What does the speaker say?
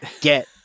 Get